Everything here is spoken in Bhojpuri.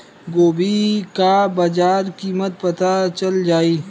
गोभी का बाजार कीमत पता चल जाई?